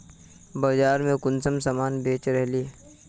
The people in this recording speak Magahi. बाजार में कुंसम सामान बेच रहली?